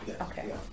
Okay